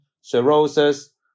cirrhosis